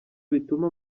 bituma